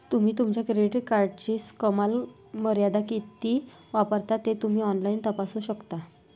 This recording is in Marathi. तुम्ही तुमच्या क्रेडिट कार्डची कमाल मर्यादा किती वापरता ते तुम्ही ऑनलाइन तपासू शकता